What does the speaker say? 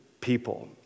people